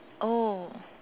oh